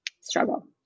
struggle